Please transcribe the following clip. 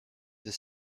the